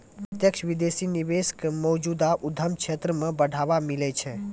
प्रत्यक्ष विदेशी निवेश क मौजूदा उद्यम क्षेत्र म बढ़ावा मिलै छै